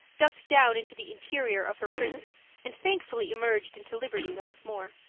ducked down into the interior of her prison and thankfully emerged into liberty once more.